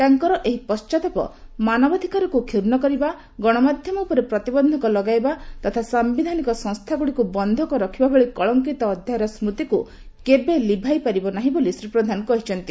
ତାଙ୍କର ଏହି ପଶ୍ଚାତାପ ମାନବାଧିକାରକୁ କ୍ଷର୍ଣ୍ଣ କରିବା ଗଣମାଧ୍ୟମ ଉପରେ ପ୍ରତିବନ୍ଧକ ଲଗାଇବା ତଥା ସାମ୍ଘିଧାନିକ ସଂସ୍ଥାଗୁଡିକୁ ବନ୍ଧକ ରଖିବା ଭଳି କଳଙ୍କିତ ଅଧ୍ୟାୟର ସ୍କୁତିକୁ କେବେ ଲିଭାଇ ପାରିବ ନାହିଁ ବୋଲି ଶ୍ରୀ ପ୍ରଧାନ କହିଛନ୍ତି